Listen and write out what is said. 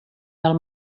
del